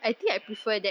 ya